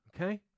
okay